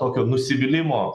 tokio nusivylimo